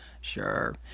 Sure